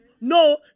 No